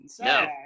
No